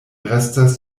restas